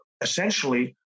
essentially